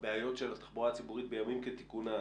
הבעיות של התחבורה הציבורית בימים כתיקונם